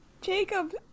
jacob